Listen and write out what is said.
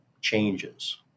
changes